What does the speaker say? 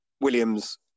Williams